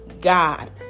God